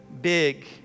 big